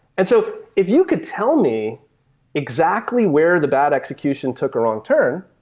and so if you could tell me exactly where the bad execution took a wrong turn,